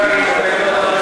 לא מתאים לך.